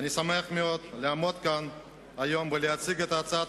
אני שמח מאוד לעמוד כאן היום ולהציג את הצעת